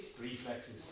Reflexes